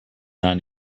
not